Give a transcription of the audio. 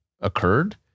occurred